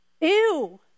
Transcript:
Ew